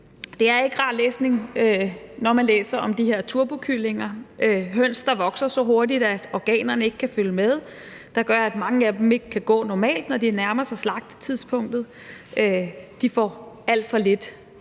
at det ikke er rar læsning, når man læser om de her turbokyllinger, altså høns, der vokser så hurtigt, at organerne ikke kan følge med, hvilket gør, at mange af dem ikke kan gå normalt, når de nærmer sig slagtetidspunktet. De får alt for meget